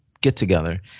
get-together